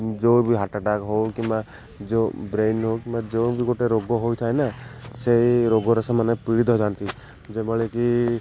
ଯେଉଁ ବି heart attack ହଉ କିମ୍ବା ଯେଉଁ ବ୍ରେନ୍ ହଉ କିମ୍ବା ଯେଉଁ ବି ଗୋଟେ ରୋଗ ହୋଇଥାଏ ନା ସେଇ ରୋଗରେ ସେମାନେ ପୀଡ଼ିତ ଥାନ୍ତି ଯେଉଁଭଳିକି